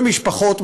ומשפחות,